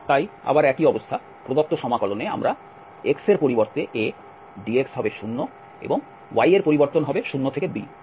তাই আবার একই অবস্থা প্রদত্ত সমাকলনে আমরা x এর পরিবর্তে a dx হবে 0 এবং y এর পরিবর্তন হবে 0 থেকে b